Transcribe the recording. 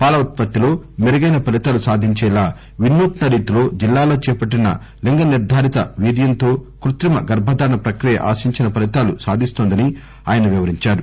పాల ఉత్పత్తిలో మెరుగైన ఫలితాలు సాధించేలా వినూత్ప రీతిలో జిల్లాలో చేపట్టిన లింగనిర్గారిత వీర్యంతో కృత్రిమ గర్బధారణ ప్రక్రియ ఆశించిన ఫలీ తాలు సాధిస్తోందని ఆయన వివరించారు